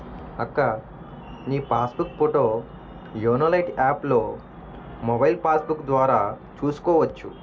అక్కా నీ pass book పోతో యోనో లైట్ యాప్లో మొబైల్ పాస్బుక్కు ద్వారా చూసుకోవచ్చు